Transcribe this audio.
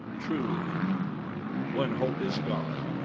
truly when hope is gone,